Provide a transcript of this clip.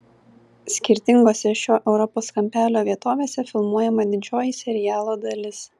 skirtingose šio europos kampelio vietovėse filmuojama didžioji serialo dalis